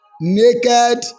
naked